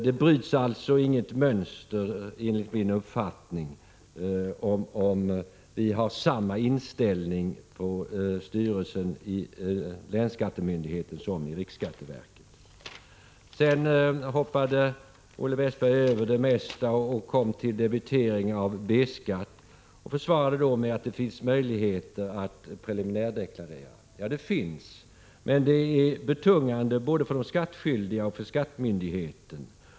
Det bryts alltså, enligt min uppfattning, inget mönster om vi har samma inställning när det gäller styrelsen i länsskattemyndigheten som i riksskatteverket. Olle Westberg hoppade sedan över de flesta av våra reservationer fram till den som gäller debitering av B-skatt. Han försvarade utskottets ståndpunkt med att det finns möjligheter att preliminärdeklarera. Ja, det finns det, men det är betungande både för de skattskyldiga och för skattemyndigheten.